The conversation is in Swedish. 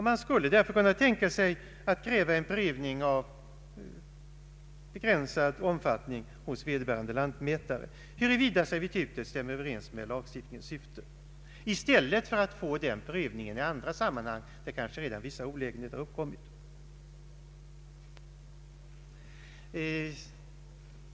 Man skulle därför kunna tänka sig att kräva en prövning i begränsad omfattning hos vederbörande lantmätare, huruvida servitutet stämmer överens med lagstiftningens syfte i stället för att få den prövningen i andra sammanhang. Då kanske redan vissa olägenheter uppkommit.